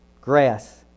grass